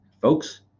Folks